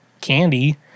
candy